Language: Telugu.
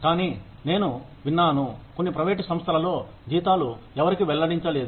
కానీ నేను విన్నాను కొన్ని ప్రైవేటు సంస్థలలో జీతాలు ఎవరికి వెల్లడించలేదు